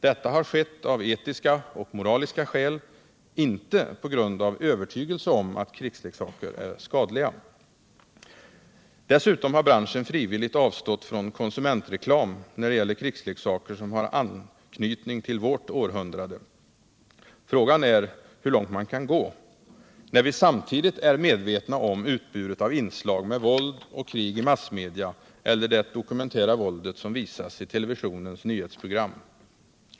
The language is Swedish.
Detta har skett av etiska och moraliska skäl—inte på grund av övertygelse om att krigsleksaker är skadliga. Dessutom har branschen frivilligt avstått från konsumentreklam när det gäller krigsleksaker som har anknytning till vårt århundrade. Frågan är hur långt man kan gå, när vi samtidigt är medvetna om utbudet av inslag med våld och krig i massmedia eller det dokumentära våldet som visas i televisionens nyhetsprogram.